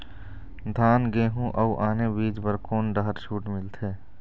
धान गेहूं अऊ आने बीज बर कोन डहर छूट मिलथे?